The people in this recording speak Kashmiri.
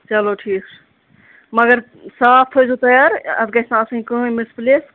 چَلو ٹھیٖک چھُ مگر صاف تھٲیزیو تیار اتھ گَژھِ نہٕ آسُن کہیٖنۍ مِسپلیس